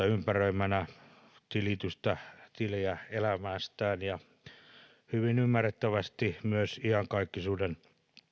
ympäröimänä tilitystä tiliä elämästään ja hyvin ymmärrettävästi myös iankaikkisuuden